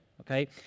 Okay